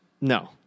No